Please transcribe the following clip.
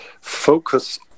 focus